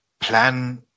plan